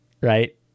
right